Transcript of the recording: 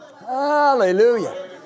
hallelujah